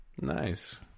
Nice